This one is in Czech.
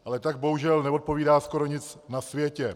Ale tak bohužel neodpovídá skoro nic na světě.